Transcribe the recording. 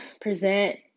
present